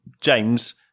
James